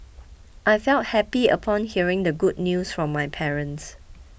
I felt happy upon hearing the good news from my parents